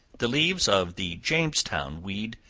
the leaves of the jamestown weed,